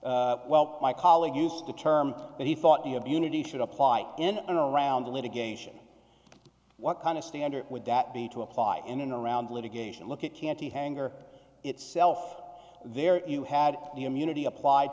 that well my colleague used the term that he thought of unity should apply in and around litigation what kind of standard would that be to apply in and around litigation look at canty hangar itself there you had the immunity applied